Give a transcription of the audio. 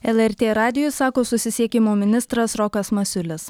lrt radijui sako susisiekimo ministras rokas masiulis